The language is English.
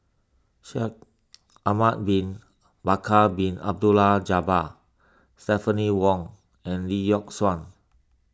Shaikh Ahmad Bin Bakar Bin Abdullah Jabbar Stephanie Wong and Lee Yock Suan